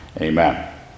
Amen